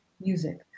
music